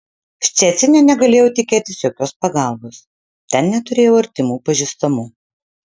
ščecine negalėjau tikėtis jokios pagalbos ten neturėjau artimų pažįstamų